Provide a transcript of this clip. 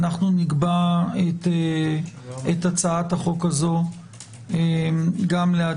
נקבע את הצעת החוק הזאת להצבעה,